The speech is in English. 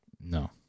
No